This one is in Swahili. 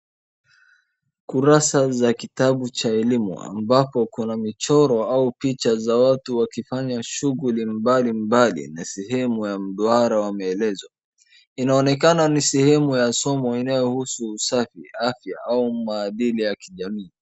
Kurasa za kitabu cha elimu ambapo kuna michoro au picha za watu wakifanya shughuli mbalimbali na sehemu ya mduara wa maelezo. Inaonekana ni sehemu ya masomo inayohusu usafi, afya au maadili ya kijamii.